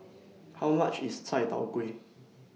How much IS Chai Tow Kuay